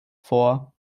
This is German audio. vor